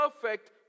perfect